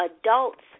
adults